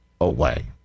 away